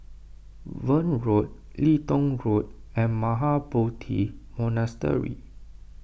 Verde Road Leedon Road and Mahabodhi Monastery